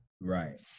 Right